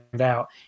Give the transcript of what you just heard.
out